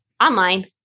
Online